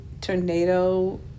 tornado